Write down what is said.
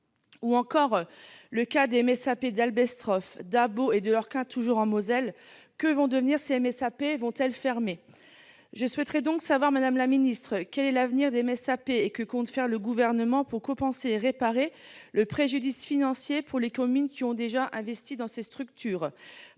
Je pense également aux MSAP d'Albestroff, de Dabo et de Lorquin, toujours en Moselle. Que vont-elles devenir ? Devront-elles fermer ? Je souhaiterais donc savoir, madame la ministre, quel sera l'avenir des MSAP. Que compte faire le Gouvernement pour compenser et réparer le préjudice financier des communes qui ont déjà investi dans ces structures ?